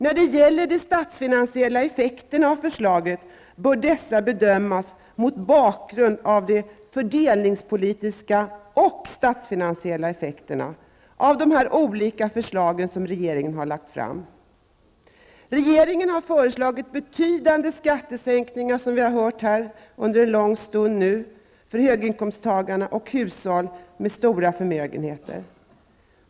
När det gäller de statsfinansiella effekterna av förslaget bör dessa bedömas mot bakgrund av de fördelningspolitiska och statsfinansiella effekterna av de olika förslag som regeringen har lagt fram. Regeringen har föreslagit betydande skattesänkningar, vilket vi har hört här under en lång stund, för höginkomsttagare och hushåll med stora förmögenheter.